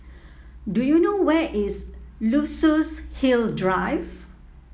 do you know where is Luxus Hill Drive